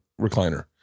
recliner